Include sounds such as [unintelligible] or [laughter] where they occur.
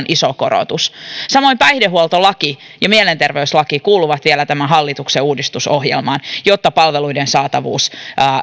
[unintelligible] iso korotus samoin päihdehuoltolaki ja mielenterveyslaki kuuluvat vielä tämän hallituksen uudistusohjelmaan jotta palveluiden saatavuus